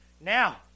Now